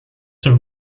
have